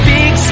Big